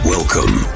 Welcome